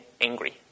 angry